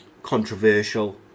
Controversial